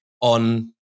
on